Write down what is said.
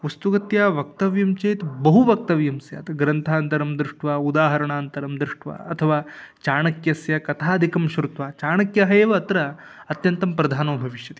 वस्तुगत्या वक्तव्यं चेत् बहु वक्तव्यं स्यात् ग्रन्थान्तरं दृष्ट्वा उदाहरणान्तरं दृष्ट्वा अथवा चाणक्यस्य कथादिकं शृत्वा चाणक्यः एव अत्र अत्यन्तं प्रधानो भविष्यति